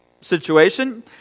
situation